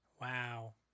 Wow